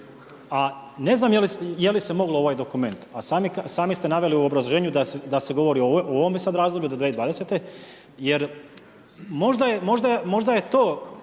a ne znam je li se moglo ovaj dokument, a sami ste naveli u obrazloženju da se govori o ovome sad razdoblju do 2020. jer možda je to